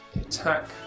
attack